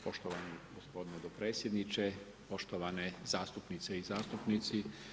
Poštovani gospodine dopredsjedniče, poštovane zastupnice i zastupnici.